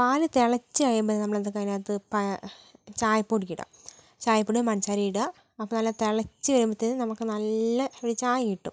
പാല് തിളച്ച് കഴിയുമ്പോൾ നമ്മളെന്തൊക്കെ അതിനകത്ത് പാ ചായ പൊടി ഇടാം ചായ പൊടീം പൻസാരേം ഇടാം അപ്പം നല്ല തിളച്ച് കഴിയുമ്പോഴത്തേന്നും നമുക്ക് നല്ല ഒരു ചായ കിട്ടും